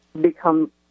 become